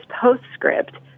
postscript